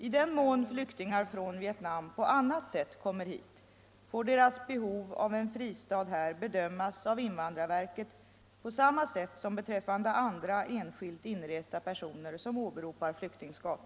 I den mån flyktingar från Vietnam på annat sätt kommer hit, får deras behov av en fristad här bedömas av invandrarverket på samma sätt som beträffande andra enskilt inresta personer, som åberopar flyktingskap.